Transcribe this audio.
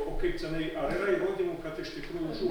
o kaip cenai ar yra įrodymų kad iš tikrųjų žuvo